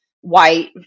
white